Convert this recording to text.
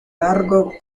largo